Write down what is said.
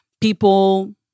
people